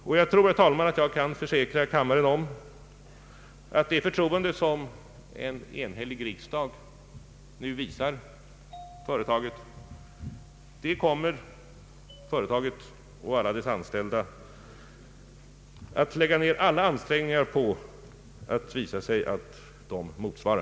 Jag kan, herr talman, försäkra kammaren att det förtroende som en enhällig riksdag nu visar NJA kommer företaget och alla dess anställda att lägga ner alla ansträngningar på att visa sig motsvara.